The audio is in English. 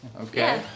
Okay